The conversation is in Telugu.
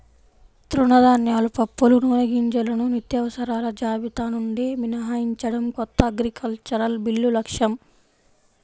తృణధాన్యాలు, పప్పులు, నూనెగింజలను నిత్యావసరాల జాబితా నుండి మినహాయించడం కొత్త అగ్రికల్చరల్ బిల్లు లక్ష్యం